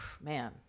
Man